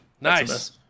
Nice